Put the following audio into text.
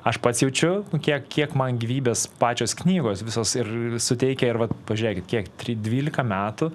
aš pats jaučiu nu kiek kiek man gyvybės pačios knygos visos ir suteikia ir vat pažiūrėkit kiek tri dvylika metų